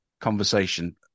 conversation